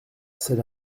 c’est